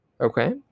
Okay